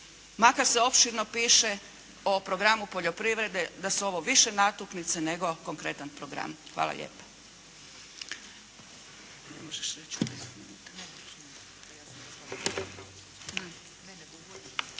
makar se opširno piše o programu poljoprivrede, da su ovo više natuknice nego konkretan program. Hvala lijepa.